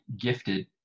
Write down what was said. gifted